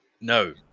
no